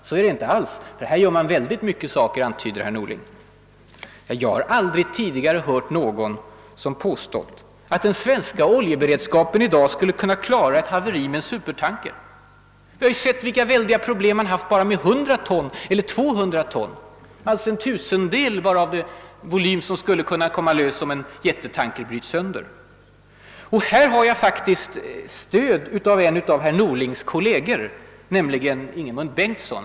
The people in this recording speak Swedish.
Så är det inte alls, för här gör man väldigt mycket, antyder herr Norling. Jag har aldrig tidigare hört någon påstå att den svenska oljeberedskapen i dag skulle kunna klara ett haveri med en supertanker. Vi har ju sett vilka stora problem man haft bara med hundra eller tvåhundra ton, alltså en tusendel av den volym som skulle kunna komma lös, om en jättetanker bryts sönder. Här har jag faktiskt stöd av en av herr Norlings kolleger, nämligen statsrådet Ingemund Bengtsson.